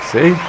See